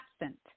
absent